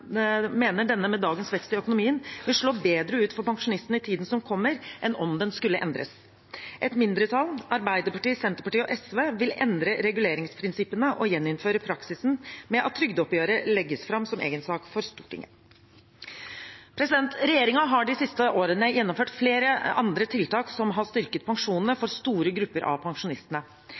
mener denne med dagens vekst i økonomien vil slå bedre ut for pensjonistene i tiden som kommer, enn om den skulle endres. Et mindretall, Arbeiderpartiet, Senterpartiet og SV, vil endre reguleringsprinsippene og gjeninnføre praksisen med at trygdeoppgjøret legges fram som egen sak for Stortinget. Regjeringen har de siste årene gjennomført flere andre tiltak som har styrket pensjonene for store grupper av pensjonistene.